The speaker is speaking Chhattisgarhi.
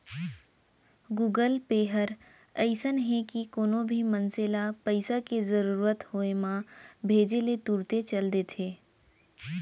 गुगल पे हर अइसन हे कि कोनो भी मनसे ल पइसा के जरूरत होय म भेजे ले तुरते चल देथे